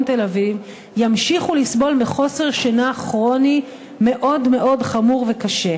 תל-אביב ימשיכו לסבול מחוסר שינה כרוני מאוד מאוד חמור וקשה.